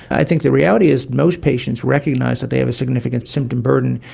i think the reality is most patients recognise that they have a significant symptom burden,